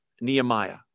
Nehemiah